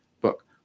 book